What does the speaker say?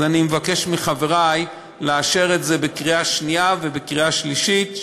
אני מבקש מחברי לאשר את זה בקריאה שנייה ובקריאה שלישית,